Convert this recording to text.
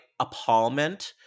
appallment